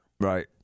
Right